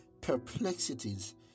perplexities